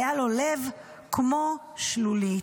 היה לו לב כמו שלולית.